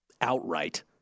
outright